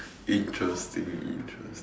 interesting interesting